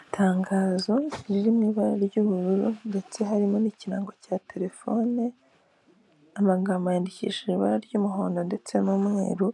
Itangazo riri mu ibara ry'ubururu, ndetse harimo n'ikirango cya telefone, amagambo yandikishije ibara ry'umuhondo ndetse n'umweru